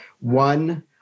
one